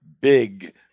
big